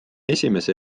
esimese